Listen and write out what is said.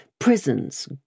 Prisons